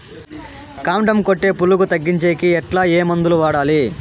కాండం కొట్టే పులుగు తగ్గించేకి ఎట్లా? ఏ మందులు వాడాలి?